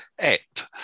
act